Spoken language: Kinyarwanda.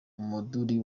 umuduri